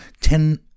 ten